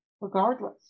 regardless